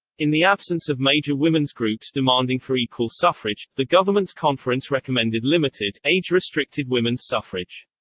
in the absence of major women's groups demanding for equal suffrage, the government's conference recommended limited, age-restricted women's suffrage.